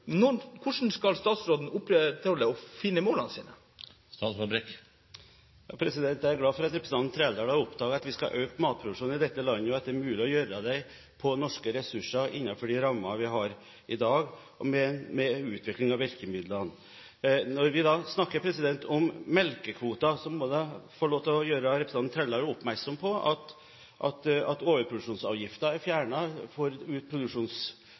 hvordan skal statsråden da oppfylle målene sine? Jeg er glad for at representanten Trældal har oppdaget at vi skal øke matproduksjonen i dette landet, og at det er mulig å gjøre det med norske ressurser innenfor de rammene vi har i dag, med utvikling av virkemidlene. Når vi snakker om melkekvoter, må jeg få lov til å gjøre representanten Trældal oppmerksom på at overproduksjonsavgiften er fjernet ut produksjonsåret. Det betyr at i de siste tre månedene, fram til slutten av februar, vil det være fritt fram for